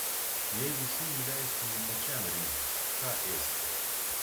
jeigu šuniui leistumei pačiam rinktis ką ėsti